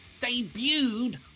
debuted